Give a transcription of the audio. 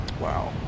Wow